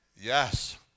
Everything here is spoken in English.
Yes